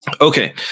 Okay